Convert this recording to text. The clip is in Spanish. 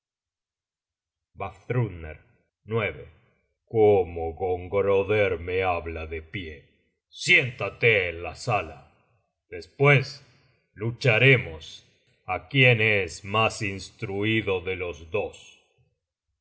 vafthrudner cómo gongroder me habla de pie siéntate en la sala despues lucharemos á quién es mas instruido de los dos los